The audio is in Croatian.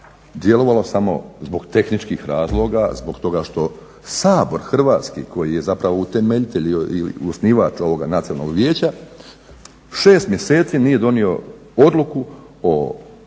djelovalo samo zbog tehničkih razloga, zbog toga što Hrvatski sabor koji je zapravo utemeljitelj ili osnivač ovoga Nacionalnog vijeća 6 mjeseci nije donio Odluku o